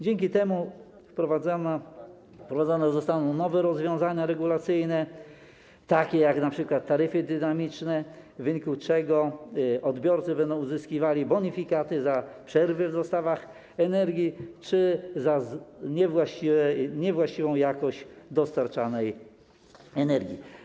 Dzięki temu wprowadzone zostaną nowe rozwiązania regulacyjne, takie jak np. taryfy dynamiczne, w wyniku czego odbiorcy będą uzyskiwali bonifikaty za przerwy w dostawach energii czy za niewłaściwą jakość dostarczanej energii.